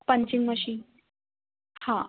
punching machine हाँ